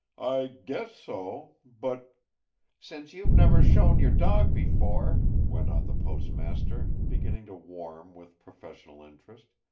i guess so. but since you've never shown your dog before, went on the postmaster, beginning to warm with professional interest,